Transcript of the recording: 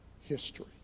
history